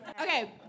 Okay